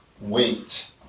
wait